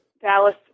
Dallas